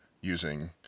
using